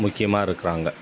முக்கியமாக இருக்கிறாங்க